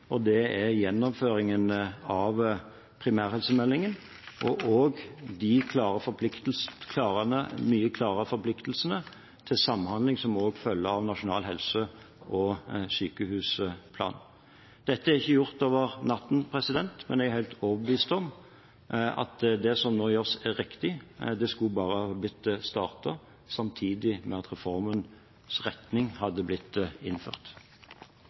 og det er gjennomføringen av primærhelsemeldingen og også de mye klarere forpliktelsene til samhandling som også følger av Nasjonal helse- og sykehusplan. Dette er ikke gjort over natten, men jeg er helt overbevist om at det som nå gjøres, er riktig – det skulle bare ha blitt startet samtidig med at reformens retning hadde blitt innført.